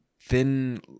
thin